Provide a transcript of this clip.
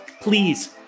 Please